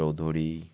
Chowdhury